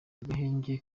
agahenge